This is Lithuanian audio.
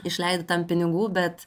išleidi tam pinigų bet